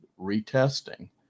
retesting